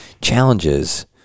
challenges